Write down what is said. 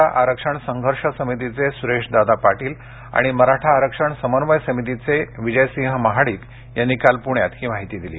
मराठा आरक्षण संघर्ष समितीचे सु्रेशदादा पाटील आणि मराठा आरक्षण समन्वय समितीचे विजयसिंह महाडिक यांनी काल पुण्यात ही माहिती दिली